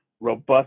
robust